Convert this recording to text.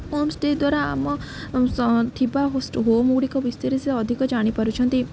home stay ଦ୍ୱାରା ଆମ ଥିବା ହୋମ୍ଗୁଡ଼ିକ ବିଷୟରେ ସେ ଅଧିକ ଜାଣିପାରୁଛନ୍ତି